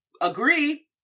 agree